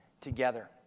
together